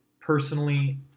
personally